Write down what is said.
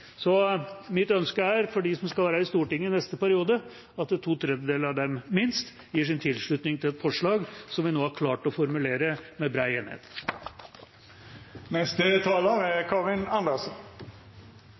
Mitt ønske er at minst to tredjedeler av dem som skal være i Stortinget i neste periode, gir sin tilslutning til et forslag som vi nå har klart å formulere med